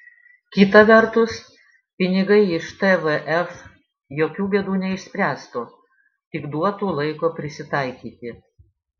kita vertus pinigai iš tvf jokių bėdų neišspręstų tik duotų laiko prisitaikyti